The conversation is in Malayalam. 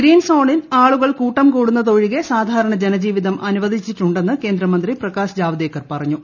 ഗ്രീൻ സോണിൽ ആളുകൾ കൂട്ടം കൂടുന്നതൊഴികെ സാധാരണ ജനജീവിതം അനുവദിച്ചിട്ടുണ്ടെന്ന് കേന്ദ്രമന്ത്രി പ്രകാശ് ജാവ്ദേക്കർ പറഞ്ഞു